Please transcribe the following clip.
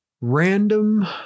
Random